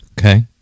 Okay